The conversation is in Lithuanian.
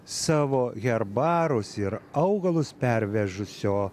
savo herbarus ir augalus pervežusio